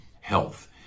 health